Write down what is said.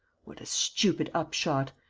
what a stupid upshot!